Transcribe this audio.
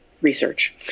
research